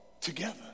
together